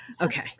okay